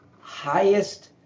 highest